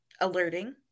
alerting